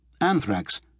Anthrax